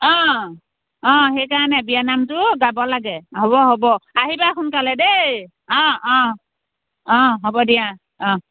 অঁ অঁ সেইকাৰণে বিয়া নামটো গাব লাগে হ'ব হ'ব আহিবা সোনকালে দেই অঁ অঁ অঁ হ'ব দিয়া অঁ